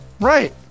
Right